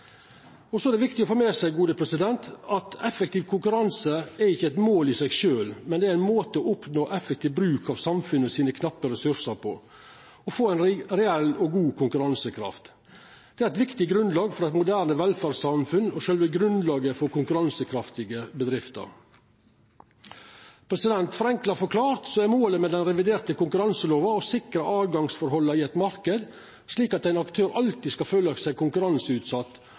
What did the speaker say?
Så er det viktig å få med seg at effektiv konkurranse ikkje er eit mål i seg sjølv, men ein måte å oppnå effektiv bruk av knappe samfunnsressursar på og å få til ei reell og god konkurransekraft. Dette er eit viktig grunnlag for eit moderne velferdssamfunn og sjølve grunnlaget for konkurransekraftige bedrifter. Forenkla forklart er målet med den reviderte konkurranselova å sikra tilgangsforholda i ein marknad, slik at ein aktør alltid skal føla seg konkurranseutsett,